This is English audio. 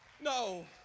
no